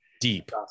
Deep